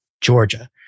Georgia